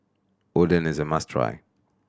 oden is a must try